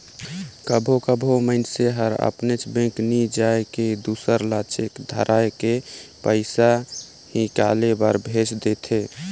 कभों कभों मइनसे हर अपनेच बेंक नी जाए के दूसर ल चेक धराए के पइसा हिंकाले बर भेज देथे